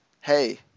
hey